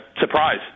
surprise